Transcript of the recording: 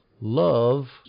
love